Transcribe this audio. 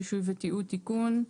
רישוי ותיעוד) (תיקון),